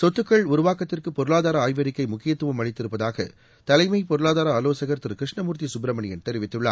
சொத்துக்கள் உருவாக்கத்திற்கு பொருளாதார ஆய்வறிக்கை முக்கியத்துவம் அளித்திருப்பதாக தலைமை பொருளாதார ஆலோசகர் திரு கிருஷ்ணமூர்த்தி சுப்பிரமணியன் தெரிவித்துள்ளார்